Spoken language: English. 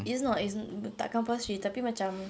it's not it's tak compulsory tapi macam